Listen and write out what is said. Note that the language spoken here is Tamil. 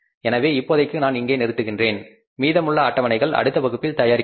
எனவே இப்போதைக்கு நான் இங்கே நிறுத்துகிறேன் மீதமுள்ள அட்டவணைகள் அடுத்த வகுப்பில் தயாரிக்கப்படும்